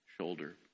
shoulder